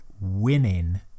winning